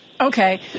Okay